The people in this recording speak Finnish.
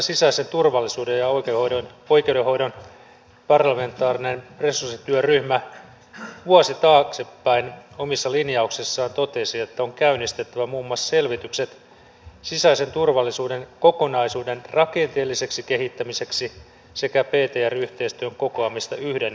sisäisen turvallisuuden ja oikeudenhoidon parlamentaarinen resurssityöryhmä vuosi taaksepäin omissa linjauksissaan totesi että on käynnistettävä muun muassa selvitykset sisäisen turvallisuuden kokonaisuuden rakenteelliseksi kehittämiseksi sekä ptr yhteistyön kokoamiseksi yhden hallinnonalan ohjaukseen